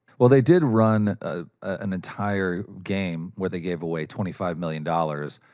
well, they did run ah an entire game where they gave away twenty five million dollars,